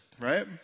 right